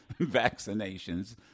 vaccinations